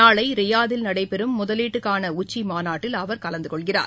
நாளைரியாதில் நடைபெறும் முதலீட்டுக்கானஉச்சிமாநாட்டில் அவர் கலந்துகொள்கிறார்